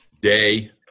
day